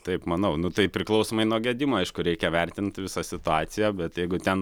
taip manau nu tai priklausomai nuo gedimo aišku reikia vertint visą situaciją bet jeigu ten